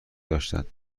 داشتند